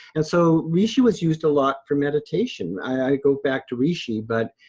and so reishi was used a lot for meditation. i go back to reishi but,